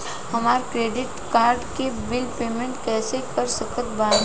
हमार credit card के bill payment कइसे कर सकत बानी?